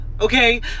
okay